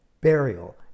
burial